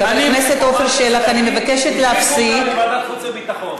להגיד: הדליפו אותה מוועדת חוץ וביטחון.